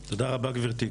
תודה רבה גבירתי.